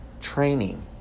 training